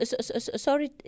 Sorry